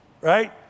right